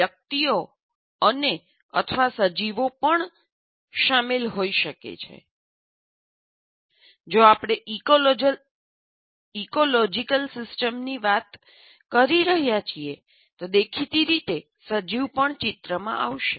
વ્યક્તિઓ અને અથવા સજીવો પણ સામેલ એકમો હોઈ શકે છે જો આપણે ઇકોલોજીકલ સિસ્ટમની વાત કરી રહ્યા છીએ દેખીતી રીતે સજીવ પણ ચિત્રમાં આવશે